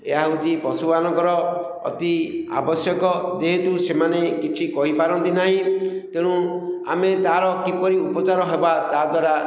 ଏହା ହେଉଛି ପଶୁମାନଙ୍କର ଅତି ଆବଶ୍ୟକ ଯେହେତୁ ସେମାନେ କିଛି କହିପାରନ୍ତି ନାହିଁ ତେଣୁ ଆମେ ତା'ର କିପରି ଉପଚାର ହେବା ତା'ଦ୍ଵାରା